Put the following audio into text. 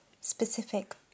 specific